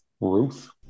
Ruth